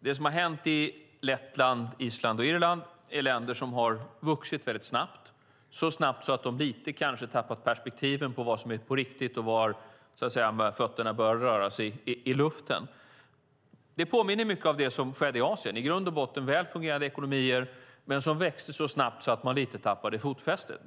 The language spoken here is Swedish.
Det som har hänt i Lettland, Island och Irland är att deras ekonomier har vuxit väldigt snabbt, så snabbt att de lite kanske tappat perspektiven på vad som är på riktigt och när fötterna börjat röra sig i luften. Det påminner mycket om det som skedde i Asiens i grund och botten välfungerande ekonomier som växte så snabbt att man lite tappade fotfästet.